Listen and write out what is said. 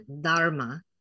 dharma